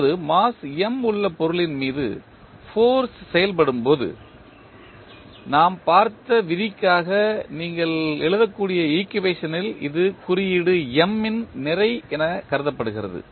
இப்போது mass M உள்ள பொருளின் மீது ஃபோர்ஸ் செயல்படும்போது நாம் பார்த்த விதிக்காக நீங்கள் எழுதக்கூடிய ஈக்குவேஷனில் இது குறியீடு M இன் நிறை என்று கருதப்படுகிறது